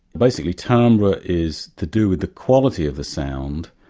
basically timbre is to do with the quality of the sound.